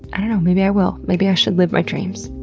i dunno. maybe i will. maybe i should live my dreams.